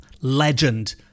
legend